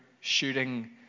shooting